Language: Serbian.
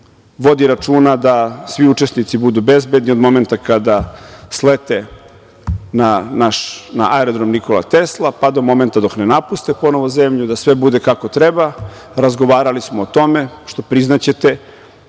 vodi računa da svi učesnici budu bezbedni od momenta kada slete na Aerodrom Nikola Tesla pa do momenta dok ne napuste ponovo zemlju da sve bude kako treba. Razgovarali smo o tome što, priznaćete,